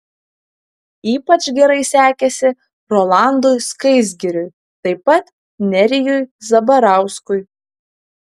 ypač gerai sekėsi rolandui skaisgiriui taip pat nerijui zabarauskui